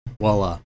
voila